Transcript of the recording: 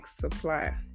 supply